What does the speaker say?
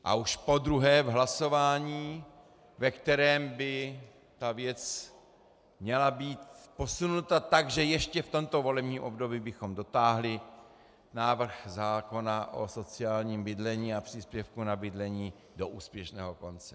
A už podruhé v hlasování, ve kterém by ta věc měla být posunuta tak, že ještě v tomto volebním období bychom dotáhli návrh zákona o sociálním bydlení a příspěvku na bydlení do úspěšného konce.